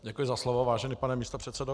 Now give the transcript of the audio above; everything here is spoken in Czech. Děkuji za slovo, vážený pane místopředsedo.